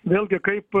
vėlgi kaip